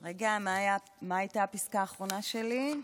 רגע, מה הייתה הפסקה האחרונה שלי?